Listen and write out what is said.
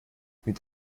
mit